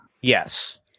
Yes